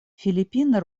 филиппины